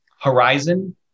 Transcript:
horizon